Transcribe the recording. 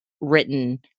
written